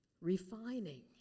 refining